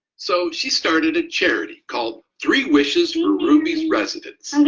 so she started a charity called three wishes for ruby's residents.